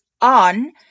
on